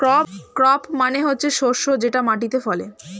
crop মানে হচ্ছে শস্য যেটা মাটিতে ফলে